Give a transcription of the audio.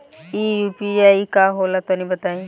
इ यू.पी.आई का होला तनि बताईं?